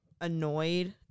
annoyed